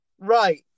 Right